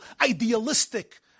idealistic